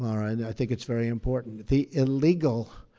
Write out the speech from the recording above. mara and i think it's very important the illegal